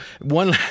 One